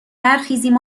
برخیزیم